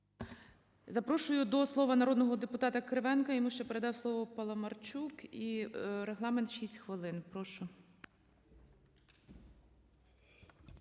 Запрошую до слова народного депутата Кривенка. Йому ще передав слово Паламарчук. І регламент – 6 хвилин. Прошу.